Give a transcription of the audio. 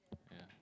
yeah